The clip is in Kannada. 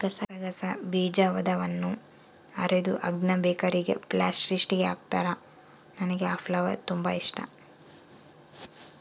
ಗಸಗಸೆ ಬೀಜದವನ್ನ ಅರೆದು ಅದ್ನ ಬೇಕರಿಗ ಪ್ಯಾಸ್ಟ್ರಿಸ್ಗೆ ಹಾಕುತ್ತಾರ, ನನಗೆ ಆ ಫ್ಲೇವರ್ ತುಂಬಾ ಇಷ್ಟಾ